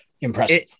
impressive